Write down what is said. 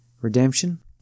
Redemption